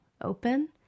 open